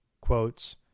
quotes